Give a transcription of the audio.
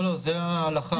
זה ההלכה.